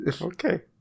Okay